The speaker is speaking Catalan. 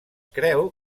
creu